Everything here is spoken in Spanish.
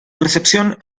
recepción